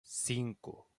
cinco